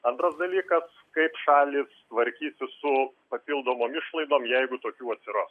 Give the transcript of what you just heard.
antras dalykas kaip šalys tvarkysis su papildomom išlaidom jeigu tokių atsiras